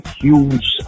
huge